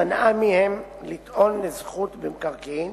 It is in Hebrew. מנעה מהם לטעון לזכות במקרקעין